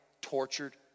tortured